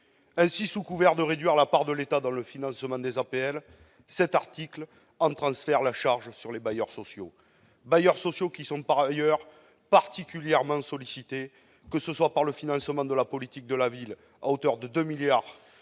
Ainsi, sous couvert de réduire la part de l'État dans le financement des APL, l'article 52 en transfère la charge sur les bailleurs sociaux. Or ceux-ci sont particulièrement sollicités, par ailleurs, pour le financement de la politique de la ville- à hauteur de 2 milliards